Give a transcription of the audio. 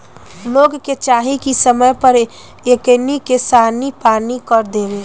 लोग के चाही की समय पर एकनी के सानी पानी कर देव